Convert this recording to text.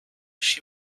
she